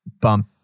bump